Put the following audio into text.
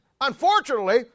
unfortunately